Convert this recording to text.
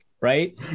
right